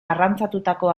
arrantzatutako